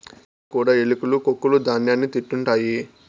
ఇండ్లలో కూడా ఎలుకలు కొక్కులూ ధ్యాన్యాన్ని తింటుంటాయి